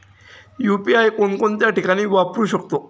UPI कोणकोणत्या ठिकाणी वापरू शकतो?